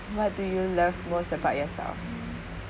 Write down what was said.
what do you love most about yourself